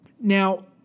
Now